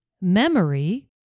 memory